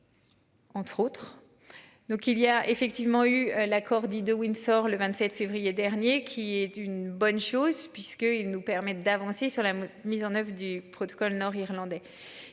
Entre autres. Donc il y a effectivement eu l'accord dit de Windsor, le 27 février dernier, qui est une bonne chose puisque ils nous permettent d'avancer sur la mise en oeuvre du protocole nord-irlandais,